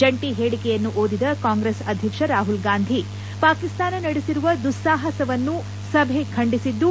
ಜಂಟ ಹೇಳಿಕೆಯನ್ನು ಓದಿದ ಕಾಂಗ್ರೆಸ್ ಅಧ್ಯಕ್ಷ ರಾಹುಲ್ಗಾಂಧಿ ಪಾಕಿಸ್ತಾನ ನಡೆಸಿರುವ ದುಸ್ಲಾಹಸವನ್ನು ಸಭೆ ಖಂಡಿಸಿದ್ದು